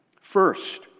First